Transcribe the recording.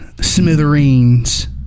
smithereens